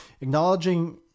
Acknowledging